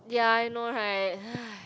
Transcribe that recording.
ya I know right